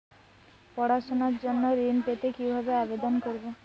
পড়াশুনা জন্য ঋণ পেতে কিভাবে আবেদন করব?